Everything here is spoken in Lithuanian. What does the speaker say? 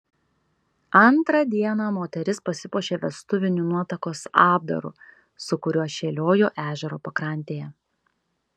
antrą dieną moteris pasipuošė vestuviniu nuotakos apdaru su kuriuo šėliojo ežero pakrantėje